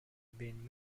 been